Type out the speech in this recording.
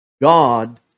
God